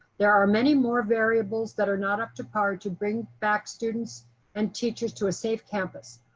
there are many more variables that are not up to par to bring back students and teachers to a safe campus.